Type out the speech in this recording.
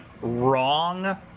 wrong